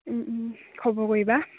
খবৰ কৰিবা